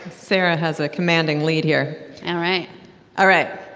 sarah has a commanding lead here all right all right.